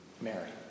Mary